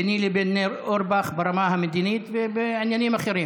ביני ובין ניר אורבך ברמה המדינית ובעניינים אחרים,